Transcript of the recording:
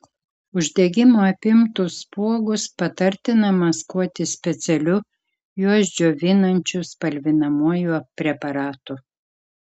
uždegimo apimtus spuogus patartina maskuoti specialiu juos džiovinančiu spalvinamuoju preparatu